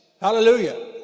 Hallelujah